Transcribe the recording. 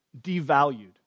devalued